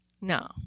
No